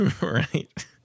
Right